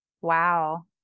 Wow